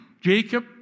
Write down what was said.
Jacob